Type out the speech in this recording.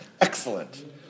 Excellent